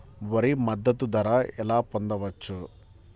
వరి మద్దతు ధర ఎలా పొందవచ్చు?